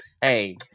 Hey